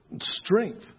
Strength